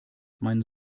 mein